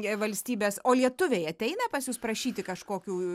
jei valstybės o lietuviai ateina pas jus prašyti kažkokių